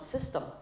system